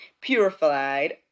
purified